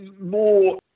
more